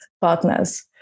partners